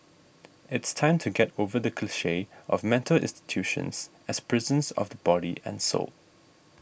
it's time to get over the cliche of mental institutions as prisons of body and soul